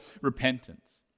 repentance